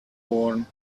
worn